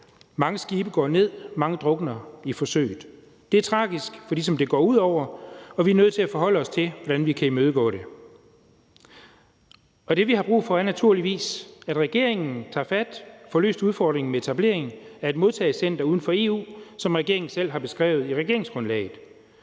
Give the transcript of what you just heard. mange skibe går ned, og mange drukner i forsøget. Det er tragisk for dem, som det går ud over, og vi er nødt til at forholde os til, hvordan vi kan imødegå det. Og det, vi har brug for, er naturligvis, at regeringen tager fat og får løst udfordringen med etablering af et modtagecenter uden for EU, som regeringen selv har beskrevet i regeringsgrundlaget.